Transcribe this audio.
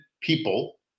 people